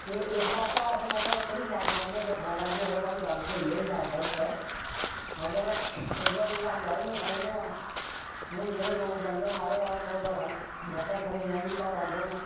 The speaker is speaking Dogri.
ते इस आस्तै अस मतलब उत्थै बी जाना चांहदे दिक्खना चाहंदे के भाई गल्ल स्हेई है जां गलत ऐ मगर ऐड्डें दूर अस नेई जाई सकदे हां हून जेहड़े लोक जंदे ना महाराज हफ्ता हफ्ता खंड दस्सें दस्सेंं दिने च बी घर औंदे न